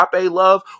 love